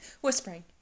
Whispering